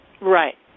Right